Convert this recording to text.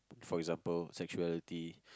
for example sexuality